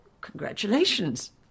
Congratulations